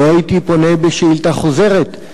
לא הייתי פונה בשאילתא חוזרת.